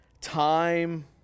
time